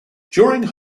during